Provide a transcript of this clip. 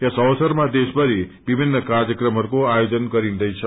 यस अवसरमा देशभरि विभिन्न कार्यक्रमहरूको आयोजन गरिँदैछ